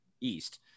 East